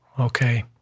Okay